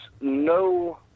no